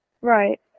right